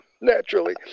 naturally